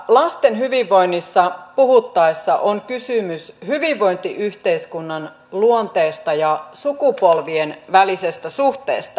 lasten hyvinvoinnista puhuttaessa on kysymys hyvinvointiyhteiskunnan luonteesta ja sukupolvien välisestä suhteesta